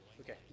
Okay